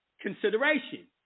consideration